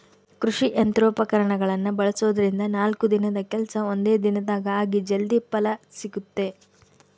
ಕೃಷಿ ಯಂತ್ರೋಪಕರಣಗಳನ್ನ ಬಳಸೋದ್ರಿಂದ ನಾಲ್ಕು ದಿನದ ಕೆಲ್ಸ ಒಂದೇ ದಿನದಾಗ ಆಗಿ ಜಲ್ದಿ ಫಲ ಸಿಗುತ್ತೆ